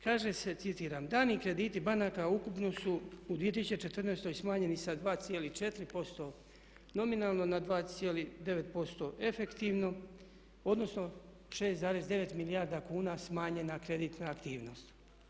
Kaže se, citiram: "Dani krediti banaka ukupno su u 2014. smanjeni sa 2,4% nominalno na 2,9% efektivno, odnosno 6,9 milijarda kuna smanjena kreditna aktivnost.